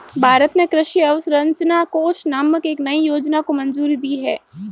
भारत ने कृषि अवसंरचना कोष नामक एक नयी योजना को मंजूरी दी है